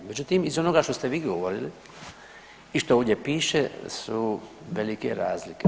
Međutim iz onoga što ste vi govorili i što ovdje piše su velike razlike.